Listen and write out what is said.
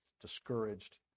discouraged